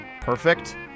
Perfect